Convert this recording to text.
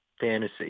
fantasy